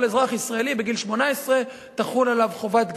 כל אזרח ישראלי בגיל 18 תחול עליו חובת גיוס.